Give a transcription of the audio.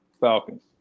falcons